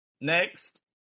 next